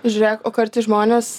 žiūrėk o kartais žmonės